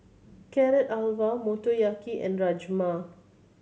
Carrot Halwa Motoyaki and Rajma